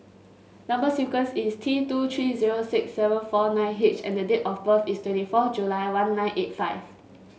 number sequence is T two three zero six seven four nine H and the date of birth is twenty four July one nine eight five